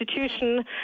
institution